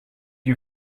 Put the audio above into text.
you